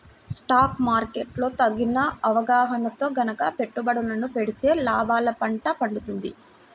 stock market లో తగిన అవగాహనతో గనక పెట్టుబడులను పెడితే లాభాల పండ పండుతుంది